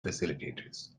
facilitators